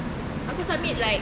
aku submit like